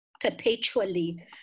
perpetually